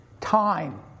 time